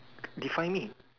define me